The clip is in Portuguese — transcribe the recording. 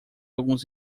alguns